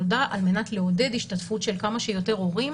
נולדה על מנת לעודד השתתפות של כמה שיותר הורים.